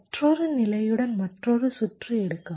மற்றொரு நிலையுடன் மற்றொரு சுற்று எடுக்கவும்